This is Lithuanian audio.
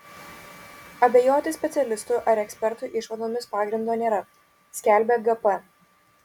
abejoti specialistų ar ekspertų išvadomis pagrindo nėra skelbia gp